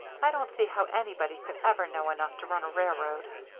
i don't see how anybody could ever know enough to run a railroad.